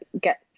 get